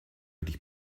dich